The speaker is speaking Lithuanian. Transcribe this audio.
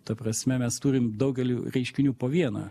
ta prasme mes turim daugelį reiškinių po vieną